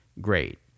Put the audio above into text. great